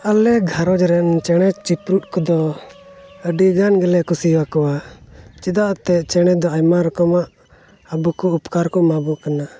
ᱟᱞᱮ ᱜᱷᱟᱨᱚᱸᱡᱽ ᱨᱮᱱ ᱪᱮᱬᱮ ᱪᱤᱯᱲᱩ ᱠᱚᱫᱚ ᱟᱹᱰᱤᱜᱟᱱ ᱜᱮᱞᱮ ᱠᱩᱥᱤᱭᱟᱠᱚᱣᱟ ᱪᱮᱫᱟᱜ ᱮᱱᱛᱮᱫ ᱪᱮᱬᱮ ᱫᱚ ᱟᱭᱢᱟ ᱨᱚᱠᱚᱢᱟᱜ ᱟᱵᱚᱠᱚ ᱩᱯᱠᱟᱨ ᱠᱚ ᱮᱢᱟᱵᱚᱱ ᱠᱟᱱᱟ